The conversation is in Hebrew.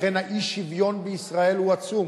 לכן האי-שוויון בישראל הוא עצום.